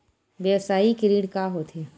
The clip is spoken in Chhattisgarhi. व्यवसायिक ऋण का होथे?